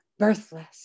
birthless